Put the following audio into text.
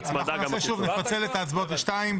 נפצל את ההצבעות לשתיים.